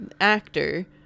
actor